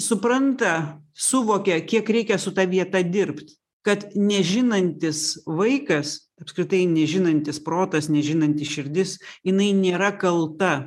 supranta suvokia kiek reikia su ta vieta dirbt kad nežinantis vaikas apskritai nežinantis protas nežinanti širdis jinai nėra kalta